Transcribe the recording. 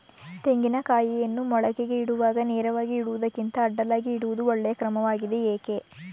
ತೆಂಗಿನ ಕಾಯಿಯನ್ನು ಮೊಳಕೆಗೆ ಇಡುವಾಗ ನೇರವಾಗಿ ಇಡುವುದಕ್ಕಿಂತ ಅಡ್ಡಲಾಗಿ ಇಡುವುದು ಒಳ್ಳೆಯ ಕ್ರಮವಾಗಿದೆ ಏಕೆ?